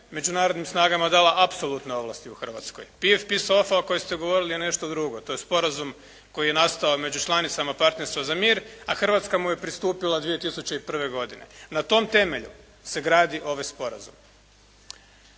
međunarodnim snagama dala apsolutne ovlasti u Hrvatskoj. PfP SOFA o kojoj ste govorili je nešto drugo, to je sporazum koji je nastao među članicama Partnerstva za mir a Hrvatska mu je pristupila 2001. godine. Na tom temelju se gradi ovaj sporazum.